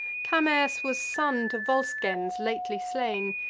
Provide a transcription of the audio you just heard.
camers was son to volscens lately slain,